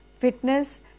fitness